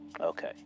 okay